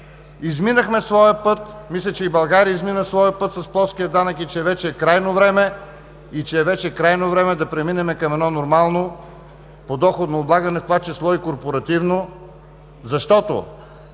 Изминахме своя път. Мисля, че и България измина своя път с плоския данък и че вече е крайно време да преминем към едно нормално подоходно облагане, в това число и корпоративно. Защото